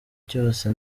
cyose